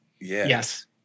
Yes